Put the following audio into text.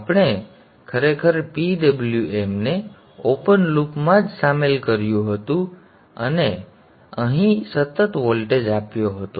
અમે ખરેખર PWM ને ઓપન લૂપમાં જ શામેલ કર્યું હતું અને અમે અહીં સતત વોલ્ટેજ આપ્યો હતો